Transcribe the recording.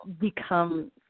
become